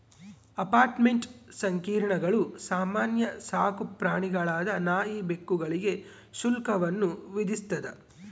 apartment ಸಂಕೀರ್ಣಗಳು ಸಾಮಾನ್ಯ ಸಾಕುಪ್ರಾಣಿಗಳಾದ ನಾಯಿ ಬೆಕ್ಕುಗಳಿಗೆ ಶುಲ್ಕವನ್ನು ವಿಧಿಸ್ತದ